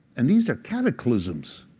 and these are cataclysms.